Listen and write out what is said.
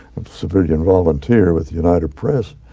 civilian volunteer with the united press,